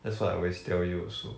that's what I always tell you also